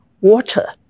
water